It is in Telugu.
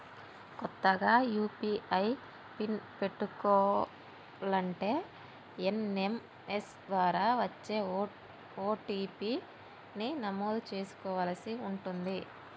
కొత్తగా యూ.పీ.ఐ పిన్ పెట్టుకోలంటే ఎస్.ఎం.ఎస్ ద్వారా వచ్చే ఓ.టీ.పీ ని నమోదు చేసుకోవలసి ఉంటుంది